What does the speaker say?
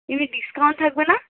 এমনি ডিসকাউন থাকবে না